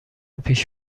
پیش